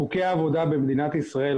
חוקי עבודה במדינת ישראל,